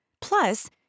Plus